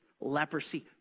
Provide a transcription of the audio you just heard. leprosy